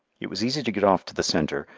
it was easy to get off to the centre,